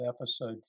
Episode